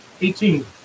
Eighteen